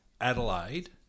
Adelaide